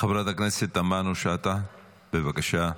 חברת הכנסת תמנו שטה, בבקשה.